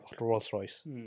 Rolls-Royce